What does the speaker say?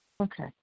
Okay